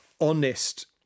Honest